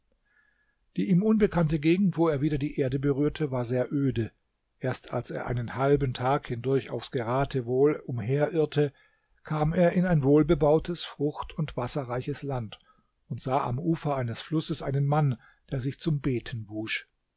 die ihm unbekannte gegend wo er wieder die erde berührte war sehr öde erst als er einen halben tag hindurch aufs geratewohl umherirrte kam er in ein wohlbebautes frucht und wasserreiches land und sah am ufer eines flusses einen mann der sich zum beten wusch